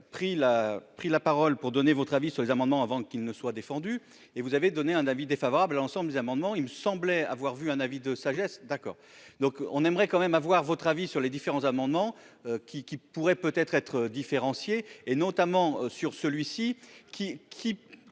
pris la parole pour donner votre avis sur les amendements, avant qu'ils ne soient défendus et vous avez donné un avis défavorable, l'ensemble des amendements, il me semblait avoir vu un avis de sagesse, d'accord, donc on aimerait quand même avoir votre avis sur les différents amendements qui qui pourrait peut-être, être différenciées et notamment sur celui-ci qui